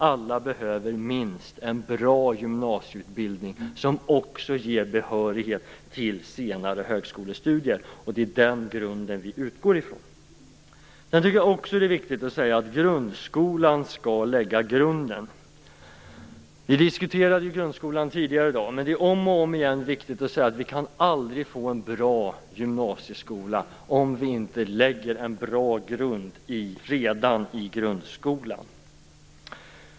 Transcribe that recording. Alla behöver minst en bra gymnasieutbildning som också ger behörighet till senare högskolestudier. Det är den grunden vi utgår från. Det är också viktigt att säga att grundskolan skall lägga grunden. Vi diskuterade ju grundskolan tidigare i dag, men det är viktigt att om igen säga att vi aldrig kan få en bra gymnasieskola om vi inte lägger en bra grund redan i grundskolan.